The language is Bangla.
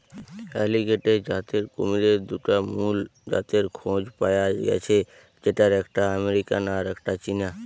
অ্যালিগেটর জাতের কুমিরের দুটা মুল জাতের খোঁজ পায়া গ্যাছে যেটার একটা আমেরিকান আর একটা চীনা